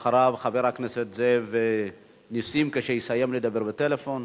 אחריו, חבר הכנסת זאב נסים, כשיסיים לדבר בטלפון,